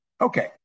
Okay